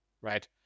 right